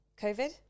COVID